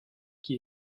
qui